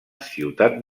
ciutat